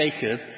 Jacob